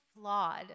flawed